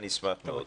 אני אשמח מאוד.